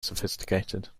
sophisticated